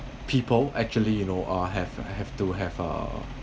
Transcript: people actually you know uh have uh have to have uh